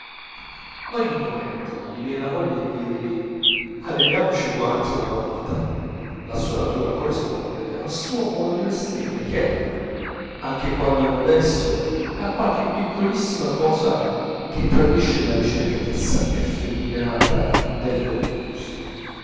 ogni momento vi vien la voglia di dirgli ma leviamoci i guanti una volta la sua natura corrisponde al suo modo di vestire che anche quando è modesto ha qualche piccolissima cosa che tradisce la ricercatezza effeminata del